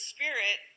Spirit